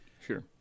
Sure